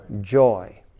joy